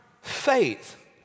faith